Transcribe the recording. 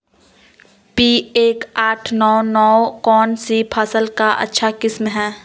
P एक आठ नौ नौ कौन सी फसल का अच्छा किस्म हैं?